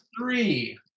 three